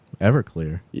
Everclear